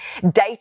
data